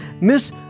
Miss